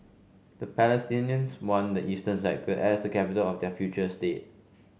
the Palestinians want the eastern sector as the capital of their future state